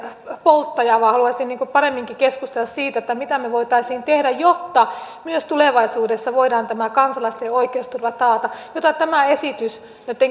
polttaja vaan haluaisin paremminkin keskustella siitä mitä me voisimme tehdä jotta myös tulevaisuudessa voidaan tämä kansalaisten oikeusturva taata tämä esitys